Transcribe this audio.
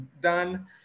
done